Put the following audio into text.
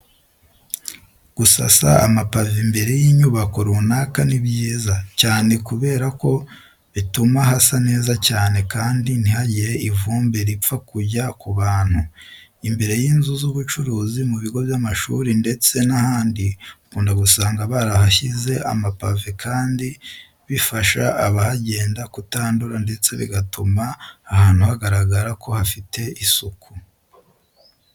Gusasa amapave imbere y'inyubako runaka ni byiza cyane kubera ko bituma hasa neza cyane kandi ntihagire ivumbi ripfa kujya ku bantu. Imbere y'inzu z'ubucuruzi, mu bigo by'amashuri ndetse n'ahandi ukunda gusanga barahashyize amapave kandi bifasha abahagenda kutandura ndetse bigatuma ahantu hagaragara ko hafite isuku.